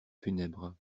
funèbre